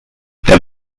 der